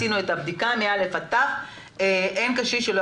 שנעשתה הבדיקה מאל"ף ועד ת"ו ואין קשיש שלא